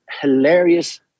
hilarious